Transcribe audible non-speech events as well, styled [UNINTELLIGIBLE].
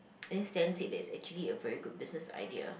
[UNINTELLIGIBLE]